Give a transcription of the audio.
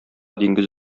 диңгез